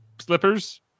slippers